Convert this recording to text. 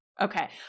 Okay